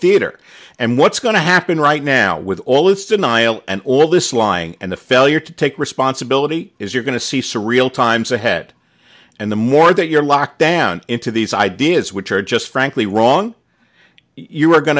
theater and what's going to happen right now with all its denial and all this lying and the failure to take responsibility is you're going to see some real times ahead and the more that you're locked down into these ideas which are just frankly wrong you are going